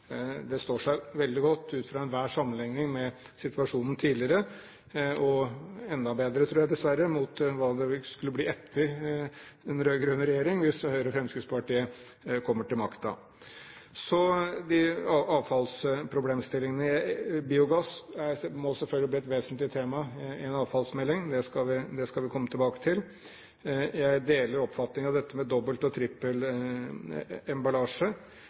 står seg veldig godt ut fra enhver sammenligning med situasjonen tidligere – og enda bedre, tror jeg, mot hva som vil komme etter en rød-grønn regjering hvis Høyre og Fremskrittspartiet kommer til makten. Når det gjelder avfallsproblemene: Biogass må selvfølgelig bli et vesentlig tema i en avfallsmelding. Det skal vi komme tilbake til. Jeg deler oppfatningen av dette med dobbelt- og trippelemballasje.